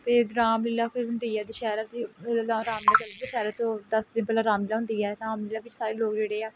ਅਤੇ ਰਾਮ ਲੀਲਾ ਫਿਰ ਹੁੰਦੀ ਆ ਦੁਸਹਿਰਾ ਦੀ ਰਾਮ ਲੀਲਾ ਦੁਸਹਿਰਾ ਤੋਂ ਦਸ ਦਿਨ ਪਹਿਲਾਂ ਰਾਮ ਲੀਲਾ ਹੁੰਦੀ ਆ ਰਾਮ ਲੀਲਾ ਵਿੱਚ ਸਾਰੇ ਲੋਕ ਜਿਹੜੇ ਆ